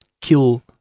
kill